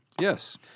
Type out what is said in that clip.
Yes